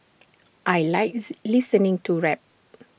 I likes listening to rap